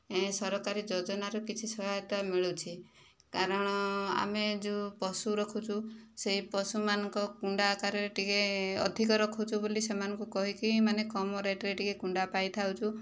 ଏ ସରକାରୀ ଯୋଜନାରୁ କିଛି ସହାୟତା ମିଳୁଛି କାରଣ ଆମେ ଯେଉଁ ପଶୁ ରଖୁଛୁ ସେ ପଶୁମାନଙ୍କ କୁଣ୍ଡା ଆକାରରେ ଟିକେ ଅଧିକ ରଖୁଛୁ ବୋଲି ସେମାନଙ୍କୁ କହିକି ମାନେ କମ ରେଟ୍ରେ ଟିକେ କୁଣ୍ଡା ପାଇ ଥାଉଛୁ